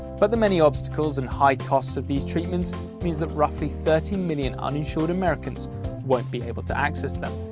but the many obstacles and high costs of these treatments means that roughly thirty million uninsured americans won't be able to access them.